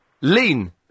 Lean